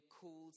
called